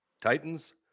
Titans